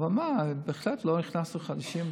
אבל מה, בהחלט לא הכנסנו חדשים.